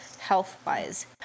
health-wise